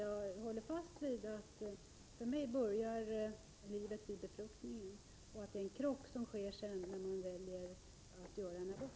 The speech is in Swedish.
; Jag håller fast vid att för mig börjar livet vid befruktningen och att det är en krock som sker när man väljer att göra en abort.